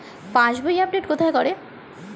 পাসবই update কোথায় করে?